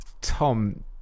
Tom